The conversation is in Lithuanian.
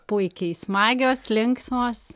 puikiai smagios linksmos